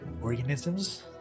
organisms